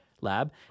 lab